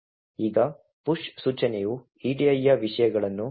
ಈಗ ಪುಶ್ ಸೂಚನೆಯು edi ಯ ವಿಷಯಗಳನ್ನು ಸ್ಟಾಕ್ಗೆ ತಳ್ಳುತ್ತದೆ